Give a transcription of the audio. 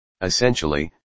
Essentially